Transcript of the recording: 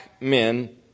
men